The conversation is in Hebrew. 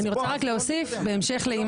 אני רוצה להוסיף בהמשך לאותה